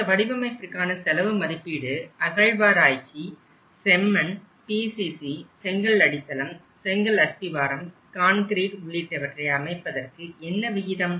இந்த வடிவமைப்பிற்கான செலவு மதிப்பீடு அகழ்வாராய்ச்சி செம்மண் PCC செங்கல் அடித்தளம் செங்கல் அஸ்திவாரம் கான்கிரீட் உள்ளிட்டவற்றை அமைப்பதற்கு என்ன விகிதம்